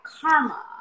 karma